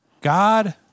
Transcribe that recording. God